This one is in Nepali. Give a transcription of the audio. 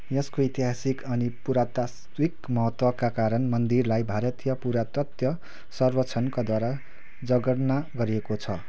यसको ऐतिहासिक अनि पुरातात्विक महत्त्वका कारण मन्दिरलाई भारतीय पुरातत्त्व सर्वेक्षणद्वारा जगेर्ना गरिएको छ